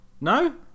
No